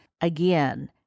Again